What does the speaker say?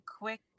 quick